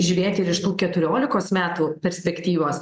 žiūrėt ir iš tų keturiolikos metų perspektyvos